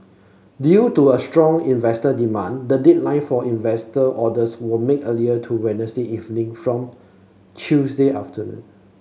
due to a strong investor demand the deadline for investor orders were made earlier to Wednesday evening from Tuesday afternoon